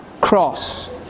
cross